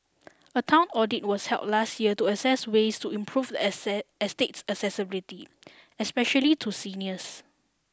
a town audit was held last year to assess ways to improve the the estate accessibility especially to seniors